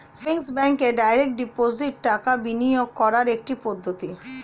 savings ব্যাঙ্কে direct deposit টাকা বিনিয়োগ করার একটি পদ্ধতি